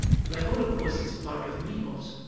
the holocaust is part of me, also.